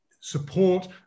support